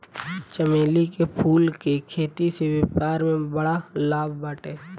चमेली के फूल के खेती से व्यापार में बड़ा लाभ बाटे